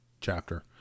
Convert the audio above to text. chapter